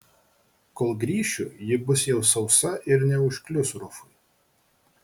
kol grįšiu ji bus jau sausa ir neužklius rufui